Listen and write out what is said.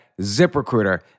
ZipRecruiter